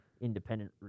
independent